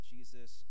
Jesus